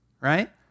right